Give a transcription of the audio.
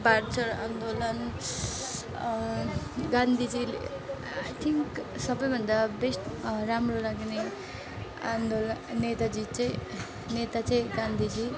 भारत छोडो आन्दोलन गान्धीजीले आई थिन्क सबैभन्दा बेस्ट राम्रो लाग्ने आन्दोलन नेताजी चाहिँ नेता चाहिँ गान्धी चाहिँ गान्धीजी